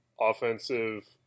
offensive